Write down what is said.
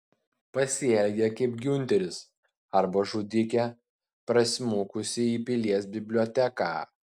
pasielgė kaip giunteris arba žudikė prasmukusi į pilies biblioteką